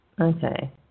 Okay